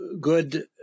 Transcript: good